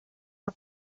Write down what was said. for